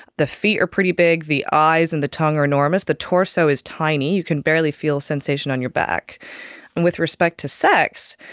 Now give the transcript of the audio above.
the feet are pretty big, the eyes and the tongue are enormous, the torso is tiny, you can barely feel sensation on your back. and with respect to sex,